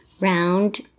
round